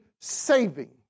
saving